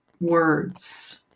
words